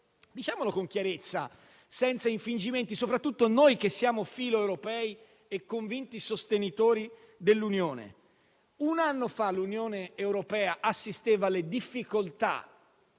Diciamolo con chiarezza, senza infingimenti, soprattutto noi che siamo filo europei e convinti sostenitori dell'Unione: un anno fa, l'Unione europea assisteva alle difficoltà